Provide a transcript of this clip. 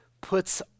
puts